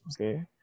Okay